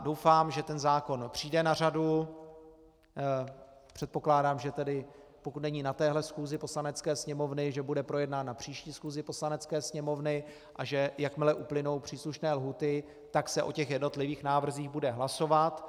Doufám, že ten zákon přijde na řadu, předpokládám, že pokud není na téhle schůzi Poslanecké sněmovny, že bude projednán na příští schůzi Poslanecké sněmovny a že jakmile uplynou příslušné lhůty, tak se o těch jednotlivých návrzích bude hlasovat.